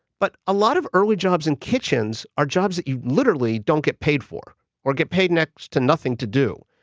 but a lot of early jobs in kitchens are jobs that you literally don't get paid for or get paid next to nothing to do.